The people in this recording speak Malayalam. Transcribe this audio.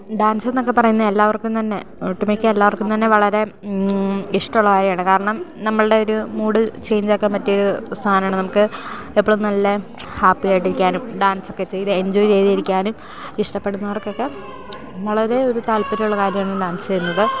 ഡാൻസ് എന്നൊക്കെ പറയുന്ന എല്ലാവർക്കും തന്നെ ഒട്ടുമിക്ക എല്ലാർക്കും തന്നെ വളരെ ഇഷ്ടമുള്ള കാര്യമാണ് കാരണം നമ്മളുടെ ഒരു മൂഡ് ചേഞ്ച് ആക്കാൻ പറ്റിയ ഒരു സാധനമാണ് നമുക്ക് എപ്പോഴും നല്ല ഹാപ്പിയായിട്ടിരിക്കാനും ഡാൻസൊക്കെ ചെയ്ത് എഞ്ചോയ് ചെയ്തിരിക്കാനും ഇഷ്ടപ്പെടുന്നവർക്കൊക്കെ വളരെ ഒരു താല്പര്യമുള്ള കാര്യമാണ് ഡാൻസ് ചെയ്യുന്നത്